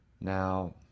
Now